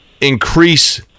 increase